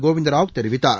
கோவிந்த ராவ் தெரிவித்தார்